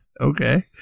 Okay